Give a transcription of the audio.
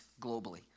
globally